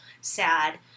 sad